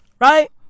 right